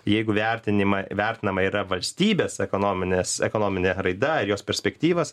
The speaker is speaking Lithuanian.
jeigu vertinimą vertinama yra valstybės ekonominės ekonominė raida ir jos perspektyvas